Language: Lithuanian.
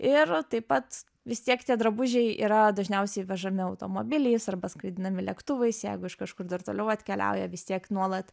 ir taip pat vis tiek tie drabužiai yra dažniausiai vežami automobiliais arba skraidinami lėktuvais jeigu iš kažkur dar toliau atkeliauja vis tiek nuolat